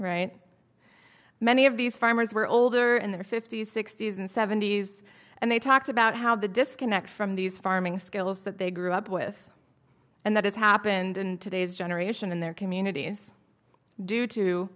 right many of these farmers were older in their fifty's sixty's and seventy's and they talked about how the disconnect from these farming skills that they grew up with and that has happened in today's generation in their communities due to